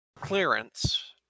clearance